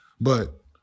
but-